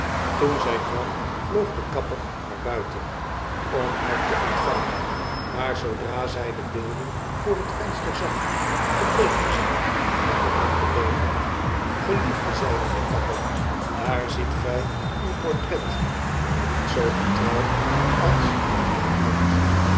toen zy kwam lt vloog de kapper naar buiten om haar te ontvangen maar zoodra zy de beelden voor het venster zag verbleekte zy en begon te beven geliefde zeide de kapper daar ziet gij uw portret maar niet zoo getrouw als in myn hart